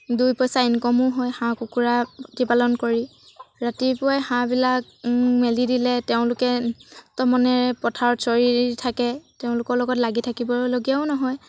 দুইপইচা ইনকমো হয় হাঁহ কুকুৰা প্ৰতিপালন কৰি ৰাতিপুৱাই হাঁহবিলাক মেলি দিলে তেওঁলোকে মুক্তমনেৰে পথাৰত চৰি থাকে তেওঁলোকৰ লগত লাগি থাকিবলগীয়াও নহয়